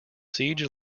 siege